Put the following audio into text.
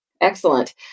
Excellent